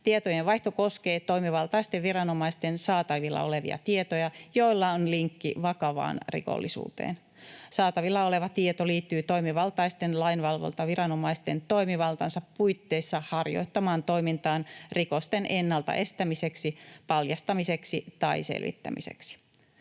Tietojenvaihto koskee toimivaltaisten viranomaisten saatavilla olevia tietoja, joilla on linkki vakavaan rikollisuuteen. Saatavilla oleva tieto liittyy toimivaltaisten lainvalvontaviranomaisten toimivaltansa puitteissa harjoittamaan toimintaan rikosten ennalta estämiseksi, paljastamiseksi tai selvittämiseksi.